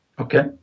Okay